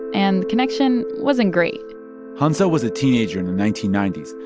and the connection wasn't great hyeonseo was a teenager in the nineteen ninety s,